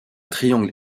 triangle